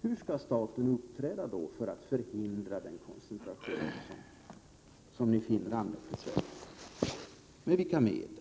Hur skall staten uppträda för att förhindra den koncentration som ni finner anmärkningsvärd och med vilka medel?